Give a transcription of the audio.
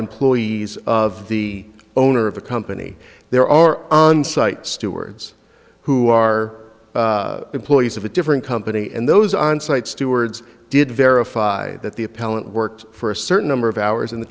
employees of the owner of the company there are on site stewards who are employees of a different company and those onsite stewards did verify that the appellant worked for a certain number of hours and the